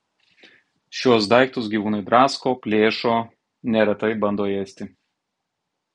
šiuos daiktus gyvūnai drasko plėšo neretai bando ėsti